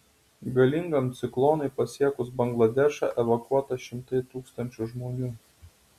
galingam ciklonui pasiekus bangladešą evakuota šimtai tūkstančių žmonių